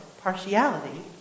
partiality